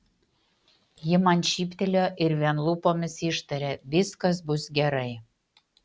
ji man šyptelėjo ir vien lūpomis ištarė viskas bus gerai